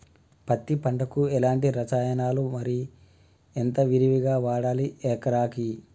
పత్తి పంటకు ఎలాంటి రసాయనాలు మరి ఎంత విరివిగా వాడాలి ఎకరాకి?